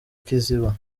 kiziba